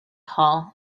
hall